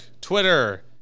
Twitter